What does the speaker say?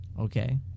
Okay